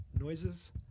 noises